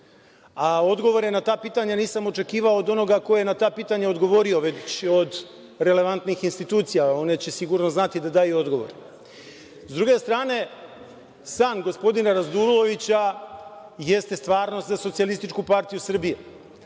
Odgovore na ta pitanja nisam očekivao od onoga ko je na ta pitanja odgovorio, već od relevantnih institucija. One će sigurno znati da daju odgovor. Sa druge strane, san gospodina Radulovića jeste stvarnost za SPS, jer taj